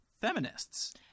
feminists